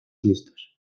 listos